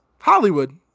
Hollywood